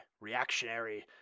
reactionary